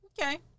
Okay